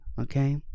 okay